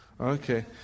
Okay